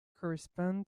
correspond